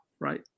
right